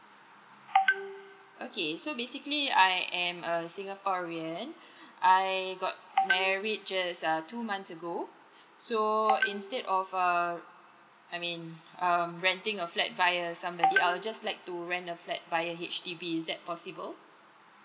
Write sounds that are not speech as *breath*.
*noise* okay so basically I am a singaporean *breath* I got *noise* married just err two months ago so *noise* instead of err I mean um renting a flat via somebody *noise* I'll just like to rent a flat via H_D_B is that possible